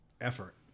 effort